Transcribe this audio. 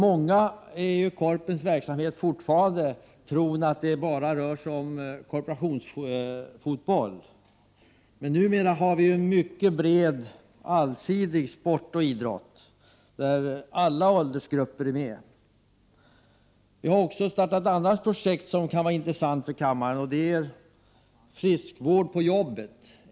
Många tror att Korpens verksamhet fortfarande bara avser korporationsfotboll. Men numera har vi ett program med mycket bred och allsidig sport och idrott, där alla åldersgrupper är med. Vi har också startat ett projekt som kan vara intressant för kammaren, nämligen friskvård på jobbet.